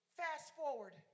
fast-forward